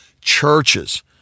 churches